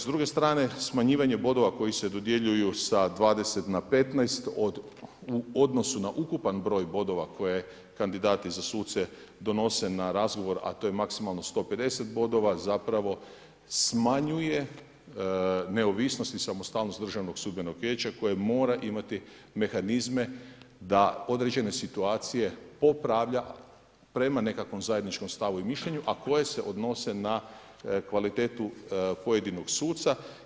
S druge strane smanjivanje bodova koji se dodjeljuju sa 20 na 15 od u odnosu na ukupan broj bodova koje kandidati za suce donose na razgovor a to je maksimalno 150 bodova, zapravo smanjuje neovisnost i samostalnost Državnog sudbenog vijeća koje mora imati mehanizme da određene situacije popravlja prema nekakvom zajedničkom stavu i mišljenju a koje se odnose na kvalitetu pojedinog suca.